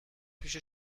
پیش